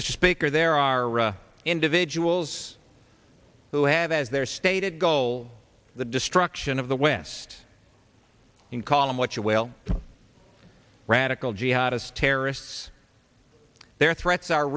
as speaker there are individuals who have as their stated goal the destruction of the west can call them what you will radical jihadist terrorists their threats are